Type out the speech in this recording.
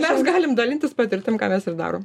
mes galim dalintis patirtim ką mes ir darom